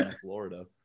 Florida